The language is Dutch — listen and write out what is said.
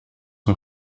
een